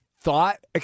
Thought